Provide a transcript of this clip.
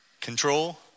Control